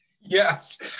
Yes